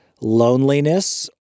loneliness